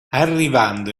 arrivando